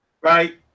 right